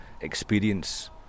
experience